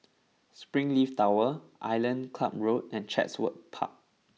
Springleaf Tower Island Club Road and Chatsworth Park